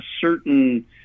certain